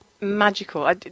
magical